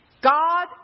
God